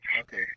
Okay